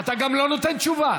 אתה גם לא נותן תשובה?